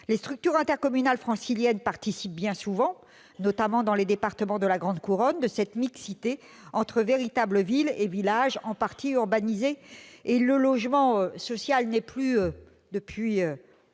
Les structures intercommunales franciliennes participent bien souvent, notamment dans les départements de la grande couronne, à cette mixité entre véritables villes et villages en partie urbanisés. Depuis longtemps déjà, le logement social n'y est plus synonyme